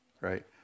Right